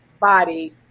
body